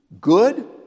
good